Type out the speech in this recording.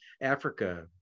Africa